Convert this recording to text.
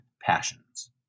passions